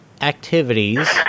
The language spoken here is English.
activities